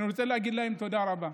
אני רוצה להגיד להן תודה רבה,